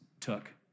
took